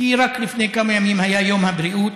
כי רק לפני כמה ימים היה יום הבריאות,